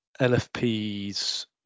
LFP's